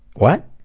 what?